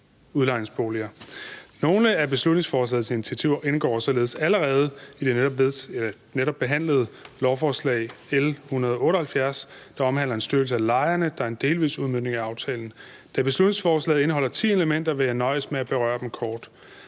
Nogle af beslutningsforslagets initiativer indgår således allerede i det netop behandlede lovforslag L 178, der omhandler en styrkelse af lejerne, og som er en delvis udmøntning af aftalen. Da beslutningsforslaget indeholder ti elementer, vil jeg nøjes med at berøre dem kort.